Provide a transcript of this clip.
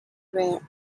rear